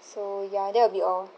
so ya that will be all